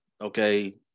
okay